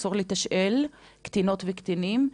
שאסור לתשאל קטינות וקטינים.